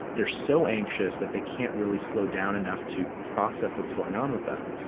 they're so anxious, that they can't really slow down enough to process what's going on with them.